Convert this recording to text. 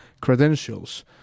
credentials